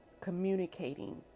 communicating